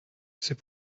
c’est